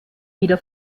wieder